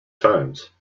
times